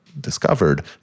discovered